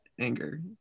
anger